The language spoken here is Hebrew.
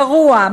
גרוע,